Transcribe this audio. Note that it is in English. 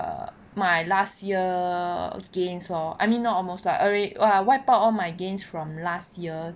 err my last year gains lor I mean not almost like alread~ wipe out all my gains from last year